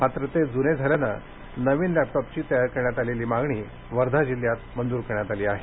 मात्र ते जुने झाल्याने नवीन लॅपटॉपची करण्यात आलेली मागणी वर्धा जिल्हयात मंजूर करण्यात आली आहे